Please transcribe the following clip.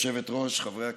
גברתי היושבת-ראש, חברי הכנסת,